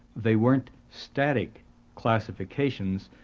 they weren't static classifications,